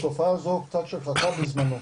התופעה הזו קצת שכחה בזמנו,